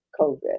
COVID